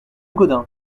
gaudin